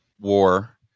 war